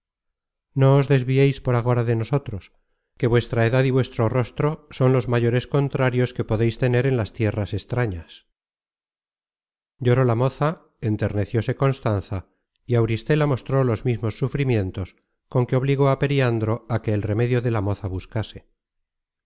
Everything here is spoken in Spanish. os desvieis por agora de nosotros que vuestra edad y vuestro rostro son los mayores contrarios que podeis tener en las tierras extrañas lloró la moza enternecióse constanza y auristela mostró los mismos sentimientos con que obligó á periandro á que el remedio de la moza buscase